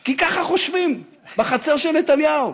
כי ככה חושבים בחצר של נתניהו,